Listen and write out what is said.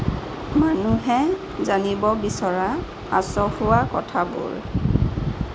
মানুহে জানিব বিচৰা আচহুৱা কথাবোৰ